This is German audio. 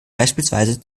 beispielsweise